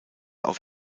auf